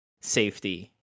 safety